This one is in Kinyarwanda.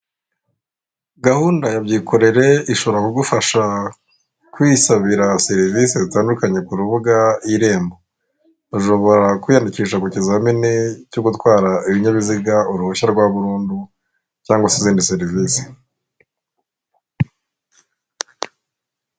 Gahunda ya byikorere ishobora kugufasha kwisabira serivisi zitandukanye ku rubuga irembo ushobora kwiyandikisha ku kizamini cyo gutwara ibinyabiziga uruhushya rwa burundu cg se izindi serivisi.